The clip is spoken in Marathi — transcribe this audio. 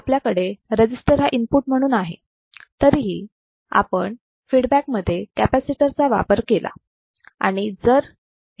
आपल्याकडे रजिस्टर हा इनपुट म्हणून आहे तरीही आपण फीडबॅक मध्ये कॅपॅसिटर चा वापर केला आहे